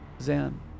Zan